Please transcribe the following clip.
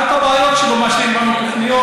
אחת הבעיות היא שלא מאשרים לנו תוכניות,